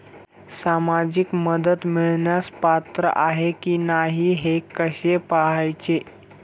सामाजिक मदत मिळवण्यास पात्र आहे की नाही हे कसे पाहायचे?